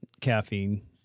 caffeine